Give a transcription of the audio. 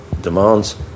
demands